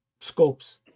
scopes